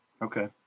Okay